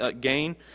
gain